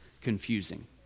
confusing